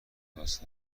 متوسط